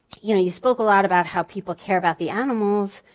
you know you spoke a lot about how people care about the animals,